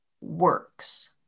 works